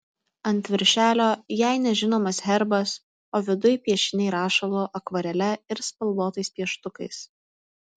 ant viršelio jai nežinomas herbas o viduj piešiniai rašalu akvarele ir spalvotais pieštukais